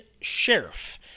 Sheriff